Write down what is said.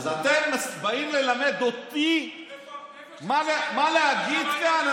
אז אתם באים ללמד אותי, איפה שמעת, מה להגיד כאן?